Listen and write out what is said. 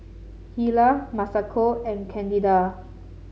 Hilah Masako and Candida